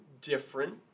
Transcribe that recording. different